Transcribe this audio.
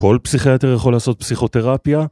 כל פסיכיאטר יכול לעשות פסיכותרפיה?